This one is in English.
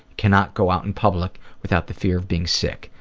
cannot go out in public without the fear of being sick.